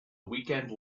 weekend